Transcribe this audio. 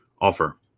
offer